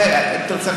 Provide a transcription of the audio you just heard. אם אתה רוצה,